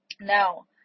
now